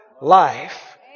life